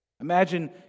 Imagine